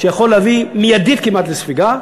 שיכול להביא מיידית כמעט לספיגה.